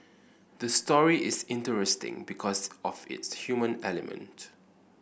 the story is interesting because of its human element